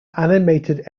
animated